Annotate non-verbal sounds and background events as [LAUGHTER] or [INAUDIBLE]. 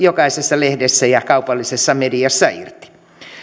[UNINTELLIGIBLE] jokaisessa lehdessä ja kaupallisessa mediassa irti